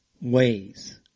ways